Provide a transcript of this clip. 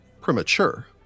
premature